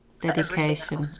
Dedication